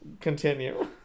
Continue